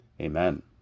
Amen